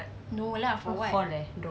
no lah for what